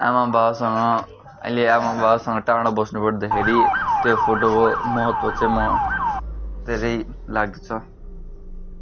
आमाबाबासँग अहिले आमाबाबासँग टाढा बस्नुपर्दाखेरि त्यो फोटोको महत्त्व चाहिँ म धेरै लाग्छ